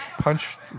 punched